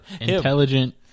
Intelligent